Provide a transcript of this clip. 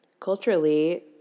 Culturally